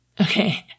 Okay